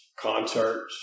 Concerts